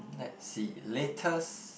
let's see latest